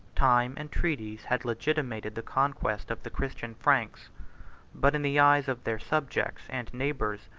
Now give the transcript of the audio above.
time and treaties had legitimated the conquest of the christian franks but in the eyes of their subjects and neighbors,